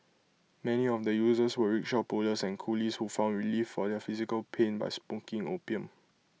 many of the users were rickshaw pullers and coolies who found relief for their physical pain by smoking opium